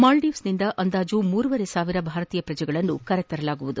ಮಾಲ್ಲೀವ್ಸಿಂದ ಅಂದಾಜು ಮೂರುವರೆ ಸಾವಿರ ಭಾರತೀಯ ಪ್ರಜೆಗಳನ್ನು ಕರೆತರಲಾಗುತ್ತಿದೆ